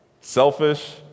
Selfish